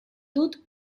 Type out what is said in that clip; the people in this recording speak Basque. dut